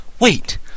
Wait